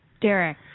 Derek